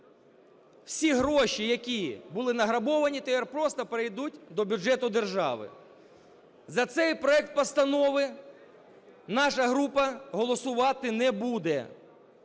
Всі гроші, які були награбовані, тепер просто перейдуть до бюджету держави. За цей проект постанови наша група голосувати не буде.